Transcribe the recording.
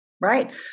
Right